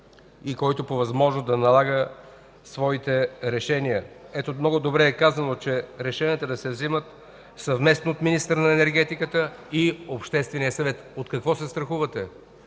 и който по възможност да налага своите решения. Тук много добре е казано: решенията да се вземат съвместно от министъра на енергетиката и Обществения съвет. От какво се страхувате?